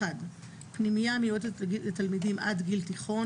פנימייה המיועדת לתלמידים עד גיל תיכון